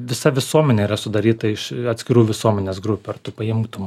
visa visuomenė yra sudaryta iš atskirų visuomenės grupių ar tu paimtum